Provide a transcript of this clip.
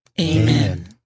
Amen